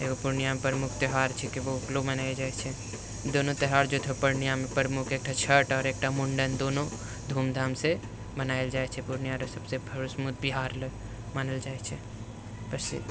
एगो पूर्णियामे मुख्य त्योहार छै कि ओकरो मनाएल जाइ छै दुनू त्योहार जे छै पूर्णियामे प्रमुख एकटा छठ आओर एकटा मुण्डन दुनू धूमधामसँ मनाएल जाइ छै पूर्णिया रऽ सबसँ बिहारलए मानल जाइ छै बस इएह